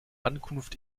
ankunft